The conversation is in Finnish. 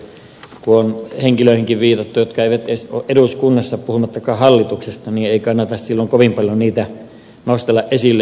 siihen on tietysti jokaisella oikeus mutta kun on henkilöihinkin viitattu jotka eivät edes ole eduskunnassa puhumattakaan hallituksesta niin ei kannata silloin kovin paljon niitä nostella esille